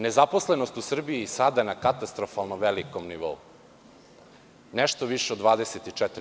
Nezaposlenost u Srbiji je sada na katastrofalno velikom nivou, nešto više od 24%